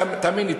תאמין לי,